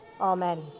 Amen